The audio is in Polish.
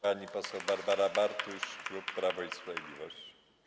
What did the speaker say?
Pani poseł Barbara Bartuś, klub Prawo i Sprawiedliwość.